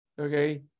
okay